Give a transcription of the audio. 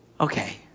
Okay